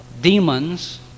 demons